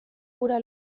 hura